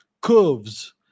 curves